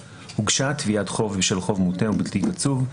הוגשה תביעת חוב בשל חוב מותנה או בלתי קצוב,